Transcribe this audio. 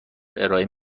ارائه